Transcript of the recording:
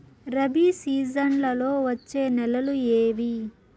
రబి సీజన్లలో వచ్చే నెలలు ఏవి?